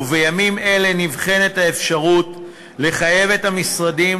ובימים אלה נבחנת האפשרות לחייב את המשרדים